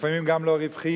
לפעמים גם לא רווחיים,